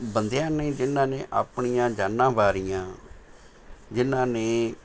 ਬੰਦਿਆਂ ਨੇ ਜਿਨ੍ਹਾਂ ਨੇ ਆਪਣੀਆਂ ਜਾਨਾਂ ਵਾਰੀਆਂ ਜਿਨ੍ਹਾਂ ਨੇ